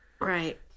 Right